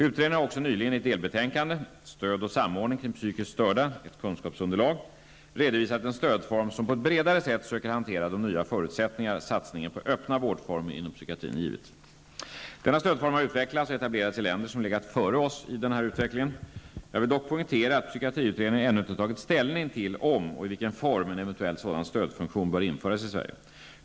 Utredningen har också nyligen i ett delbetänkande Stöd och samordning kring psykiskt störda -- ett kunskapsunderlag, SOU 1991:88, redovisat en stödform som på ett bredare sätt söker hantera de nya förutsättningar satsningen på öppna vårdformer inom psykiatrin givit. Denna stödform har utvecklats och etablerats i länder som legat före oss i denna utveckling. Jag vill dock poängtera att psykiatriutredningen ännu inte tagit ställning till om och i vilken form en eventuell sådan stödfunktion bör införas i Sverige.